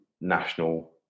national